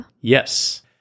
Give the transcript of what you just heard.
Yes